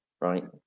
right